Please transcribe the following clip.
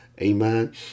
Amen